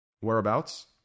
Whereabouts